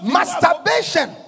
masturbation